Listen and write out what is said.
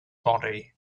body